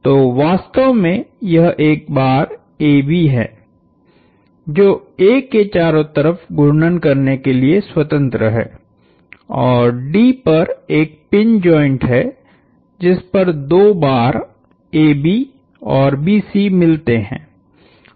तो वास्तव में यह एक बार AB है जो A के चारों तरफ घूर्णन करने के लिए स्वतंत्र है और D पर एक पिन जॉइंट है जिस पर दो बार AB और BC मिलते हैं